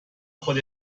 خود